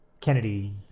Kennedy